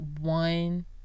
one